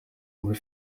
muri